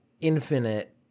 infinite